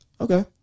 okay